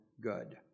good